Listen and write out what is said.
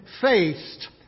faced